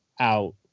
out